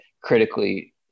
critically